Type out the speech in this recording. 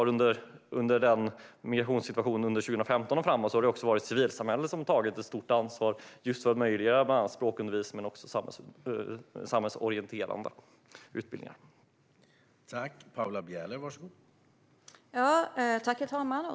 Under migrationssituationen under 2015 och framåt har civilsamhället tagit ett stort ansvar för att möjliggöra bland annat språkundervisning men också samhällsorienterande utbildningar.